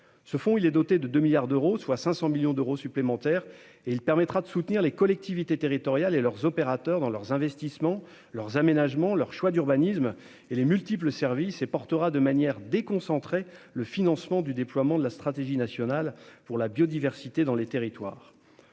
Ce fonds doté de 2 milliards d'euros, soit 500 millions d'euros supplémentaires, permettra de soutenir les collectivités territoriales et leurs opérateurs dans leurs investissements, leurs aménagements, leurs choix d'urbanisme et les multiples services qu'ils proposent. Il portera de manière déconcentrée le financement du déploiement de la stratégie nationale pour la biodiversité dans les territoires.